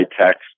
text